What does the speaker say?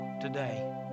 today